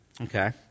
Okay